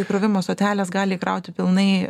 įkrovimo stotelės gali įkrauti pilnai